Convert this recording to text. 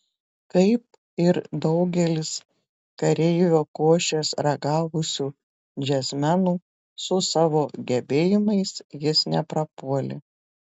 kaip ir daugelis kareivio košės ragavusių džiazmenų su savo gebėjimais jis neprapuolė